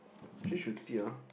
she should see ah